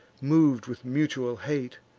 mov'd with mutual hate,